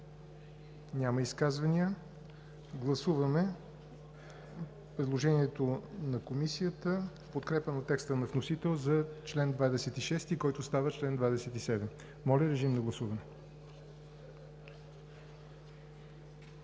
Няма изказвания. Гласуваме предложението на Комисията за подкрепа на текста на вносителя за чл. 26, който става чл. 27. Гласували